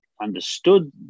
understood